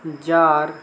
ज्हार